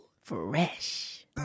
Fresh